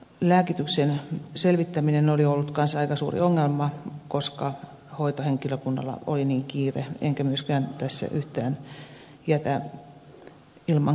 lääkityksen selvittäminen oli ollut kanssa aika suuri ongelma koska hoitohenkilökunnalla oli niin kiire enkä myöskään tässä yhtään jätä ilman kritiikkiä omaa kollegakuntaani